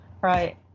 Right